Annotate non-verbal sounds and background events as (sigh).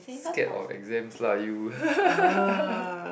scared of exams lah you (laughs)